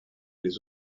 les